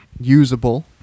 usable